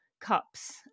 cups